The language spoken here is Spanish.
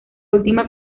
última